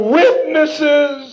witnesses